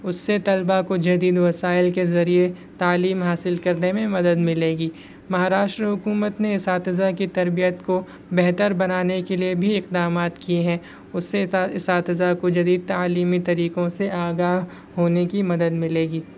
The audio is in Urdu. اس سے طلبا کو جدید وسائل کے ذریعہ تعلیم حاصل کرنے میں مدد ملے گی مہاراشٹر حکومت نے اساتذہ کی تربیت کو بہتر بنانے کے لیے بھی اقدامات کئے ہیں اس سے اساتذہ کو جدید تعلیمی طریقوں سے آگاہ ہونے کی مدد ملے گی